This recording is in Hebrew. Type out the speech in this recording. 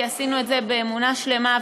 כי עשינו את זה באמונה שלמה,